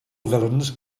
villains